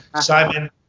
Simon